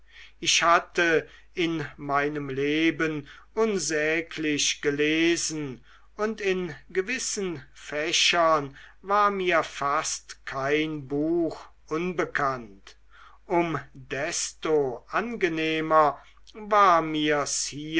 ich hatte in meinem leben unsäglich gelesen und in gewissen fächern war mir fast kein buch unbekannt um desto angenehmer war mir's